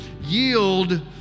yield